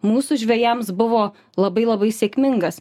mūsų žvejams buvo labai labai sėkmingas